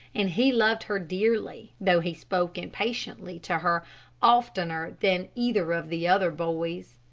and he loved her dearly, though he spoke impatiently to her oftener than either of the other boys.